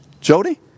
Jody